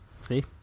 see